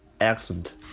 Accent